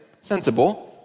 sensible